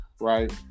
right